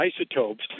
isotopes